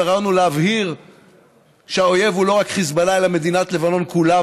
והרעיון הוא להבהיר שהאויב הוא לא רק חיזבאללה אלא מדינת לבנון כולה,